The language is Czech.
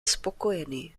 spokojený